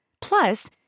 Plus